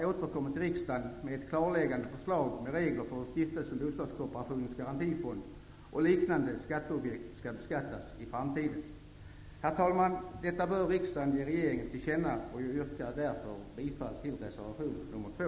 Bostadskooperationens garantifond och liknande skall beskattas i framtiden. Herr talman! Vad jag här anfört bör riksdagen ge regeringen till känna. Jag yrkar därför bifall till reservation nr 2.